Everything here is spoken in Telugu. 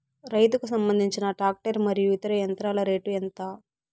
రైతుకు సంబంధించిన టాక్టర్ మరియు ఇతర యంత్రాల రేటు ఎంత?